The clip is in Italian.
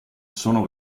sono